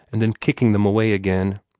and then kicking them away again.